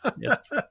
Yes